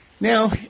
Now